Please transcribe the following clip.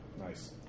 Nice